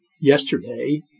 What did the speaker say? yesterday